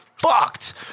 fucked